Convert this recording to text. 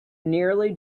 nearly